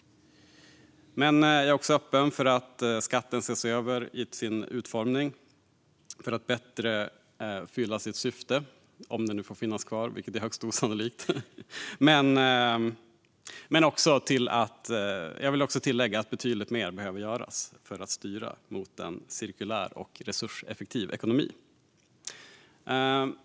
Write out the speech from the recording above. Men jag är också öppen för att skatten ses över till sin utformning för att bättre fylla sitt syfte - om den nu får finnas kvar, vilket är högst osannolikt. Jag vill även tillägga att betydligt mer behöver göras för att styra mot en cirkulär och resurseffektiv ekonomi.